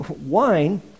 wine